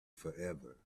forever